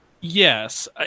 yes